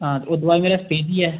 हां ते ओ दोआई मेरे कश पेदी ऐ